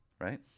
right